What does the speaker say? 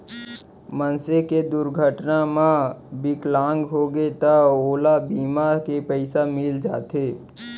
मनसे के दुरघटना म बिकलांग होगे त ओला बीमा के पइसा मिल जाथे